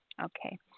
Okay